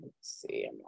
see